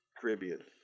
caribbean